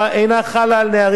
שאינה חלה על נערים,